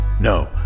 No